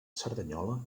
cerdanyola